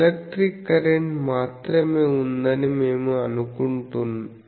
electric current మాత్రమే ఉందని మేము అనుకుంటాము